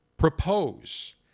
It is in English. propose